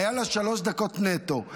היו לה שלוש דקות נטו.